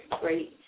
Great